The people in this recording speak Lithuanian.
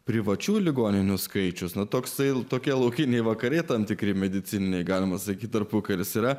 privačių ligoninių skaičius nuo toksinų tokie laukiniai vakare tam tikri medicininiai galima sakyti tarpukaris yra